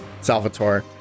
salvatore